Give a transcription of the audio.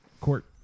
Court